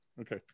Okay